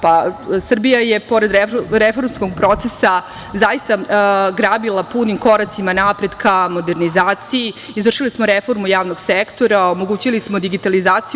Pa, Srbija je pored reformskog procesa zaista grabila punim koracima napred ka modernizaciji, izvršili smo reformu javnog sektora, omogućili smo digitalizaciju.